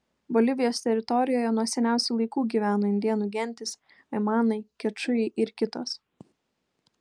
bolivijos teritorijoje nuo seniausių laikų gyveno indėnų gentys aimanai kečujai ir kitos